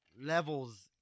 levels